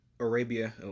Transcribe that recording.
Arabia